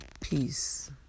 Peace